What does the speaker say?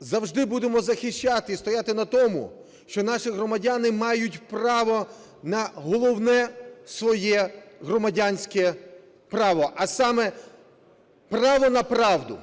завжди будемо захищати і стояти на тому, що наші громадяни мають право на головне своє громадянське право, а саме: право на правду.